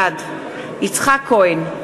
בעד יצחק כהן,